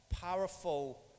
powerful